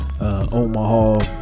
omaha